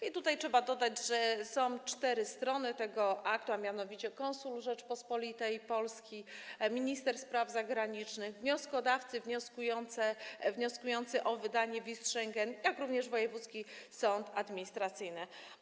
I tutaj trzeba dodać, że są cztery strony tego aktu, a mianowicie konsul Rzeczypospolitej Polskiej, minister spraw zagranicznych, wnioskodawcy wnioskujący o wydanie wiz Schengen, jak również wojewódzki sąd administracyjny.